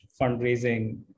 fundraising